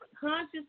conscious